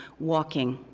walking.